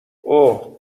اوه